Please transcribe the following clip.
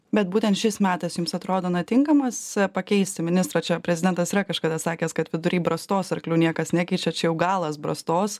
bet būtent šis metas jums atrodo na tinkamas pakeisti ministrą čia prezidentas yra kažkada sakęs kad vidury brastos arklių niekas nekeičia čia jau galas brastos